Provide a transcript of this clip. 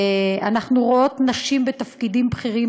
אנחנו רואות נשים בתפקידים בכירים